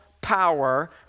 power